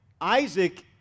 Isaac